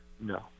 no